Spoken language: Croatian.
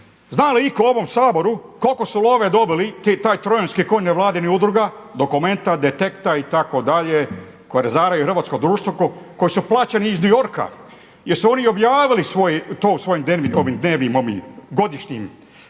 Zna li iko u ovom Saboru koliko su love dobili taj trojanski konj nevladinih udruga dokumente, detekta itd. koji razaraju hrvatsko društvo koji su plaćeni iz New Yorka jel su oni objavili u svojim godišnjim